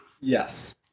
yes